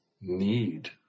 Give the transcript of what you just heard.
need